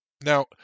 Now